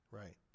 right